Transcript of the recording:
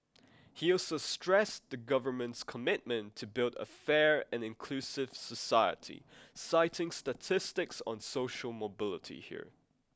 he also stressed the Government's commitment to build a fair and inclusive society citing statistics on social mobility here